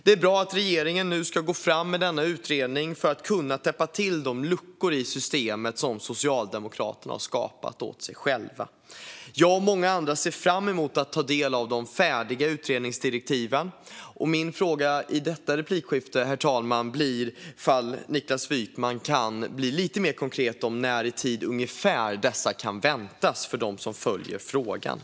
Det är bra att regeringen nu ska gå fram med denna utredning för att kunna täppa till de kryphål i systemet som Socialdemokraterna har skapat åt sig själva. Jag och många andra ser fram emot att ta del av de färdiga utredningsdirektiven. Min fråga, herr talman, är om Niklas Wykman kan bli lite mer konkret om ungefär när i tid dessa kan väntas.